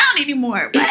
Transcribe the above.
anymore